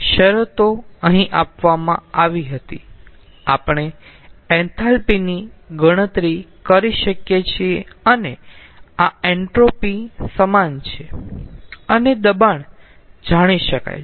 શરતો અહીં આપવામાં આવી હતી આપણે એન્થાલ્પી ની ગણતરી કરી શકીએ છીએ અને આ એન્ટ્રોપી સમાન છે અને દબાણ જાણી શકાય છે